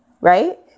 right